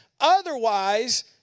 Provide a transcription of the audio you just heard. otherwise